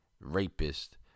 rapist